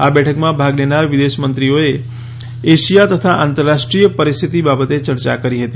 આ બેઠકમાં ભાગ લેનાર વિદેશમંત્રીઓએ એશિયા તથા આંતરરાષ્ટ્રીય પરિસ્થિતિ બાબતે ચર્ચા કરી હતી